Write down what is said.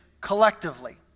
collectively